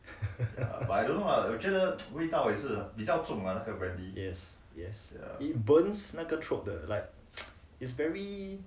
yes yes it burn 那个 throats the like is very